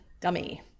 dummy